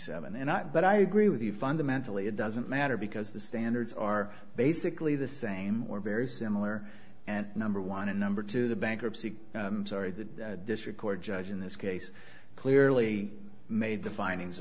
seven and not but i agree with you fundamentally it doesn't matter because the standards are basically the same or very similar and number one and number two the bankruptcy sorry the district court judge in this case clearly made the findings